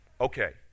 okay